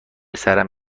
سرم